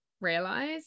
realize